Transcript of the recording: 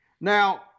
Now